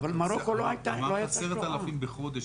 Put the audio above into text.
10 אלפים בחודש?